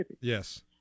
Yes